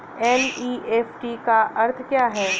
NEFT का अर्थ क्या है?